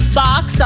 box